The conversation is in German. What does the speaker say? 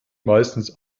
meistens